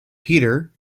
peter